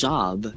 Job